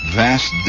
vast